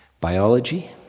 biology